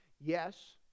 Yes